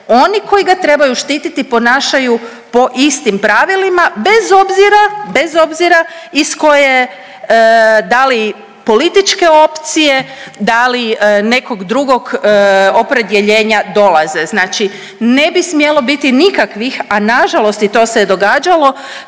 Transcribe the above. oni koji ga trebaju štititi ponašaju po istim pravilima bez obzira, bez obzira iz koje da li političke opcije, da li nekog drugog opredjeljenja dolaze. Znači ne bi smjelo biti nikakvih, a nažalost i to se je događalo